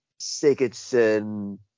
Sigurdsson